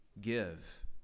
give